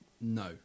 no